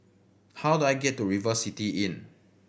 how do I get to River City Inn